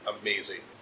amazing